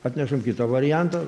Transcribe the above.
atnešam kitą variantą